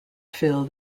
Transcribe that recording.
fill